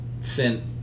sent